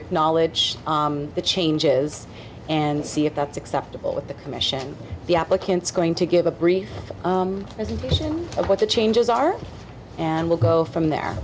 acknowledge the changes and see if that's acceptable with the commission the applicants going to give a brief as indication of what the changes are and we'll go from there